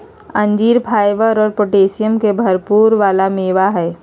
अंजीर फाइबर और पोटैशियम के भरपुर वाला मेवा हई